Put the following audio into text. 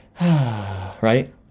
Right